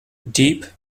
deep